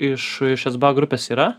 iš es ba grupės yra